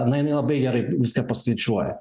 na jinai labai gerai viską paskaičiuoja